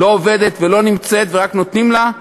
לא עובדת ולא נמצאת ורק נותנים לה?